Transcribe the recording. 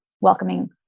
welcoming